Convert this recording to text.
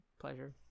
pleasure